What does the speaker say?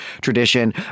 tradition